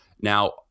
Now